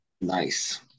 Nice